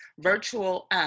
virtual